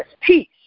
peace